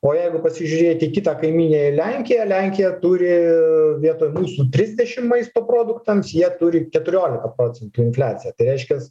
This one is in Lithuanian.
o jeigu pasižiūrėti į kitą kaimynę į lenkiją lenkija turi vietoj mūsų trisdešim maisto produktams jie turi keturiolika procentų infliaciją tai reiškias